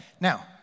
Now